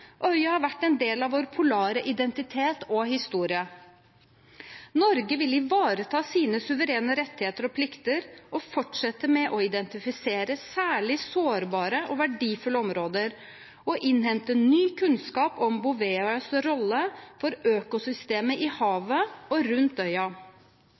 Øya har vært en del av vår polare identitet og historie. Norge vil ivareta sine suverene rettigheter og plikter og fortsette med å identifisere særlig sårbare og verdifulle områder, og innhenter ny kunnskap om Bouvetøyas rolle for økosystemet i